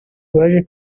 baje